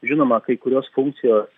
žinoma kai kurios funkcijos